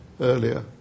earlier